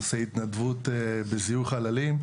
עושה התנדבות בזיהוי חללים.